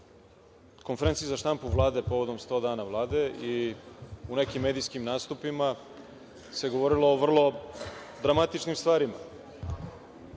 konferenciji za štampu Vlade, povodom 100 dana Vlade, i u nekim medijskim nastupima se govorilo o vrlo dramatičnim stvarima.